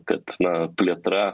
kad na plėtra